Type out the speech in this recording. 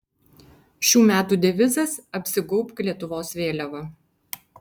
šių metų devizas apsigaubk lietuvos vėliava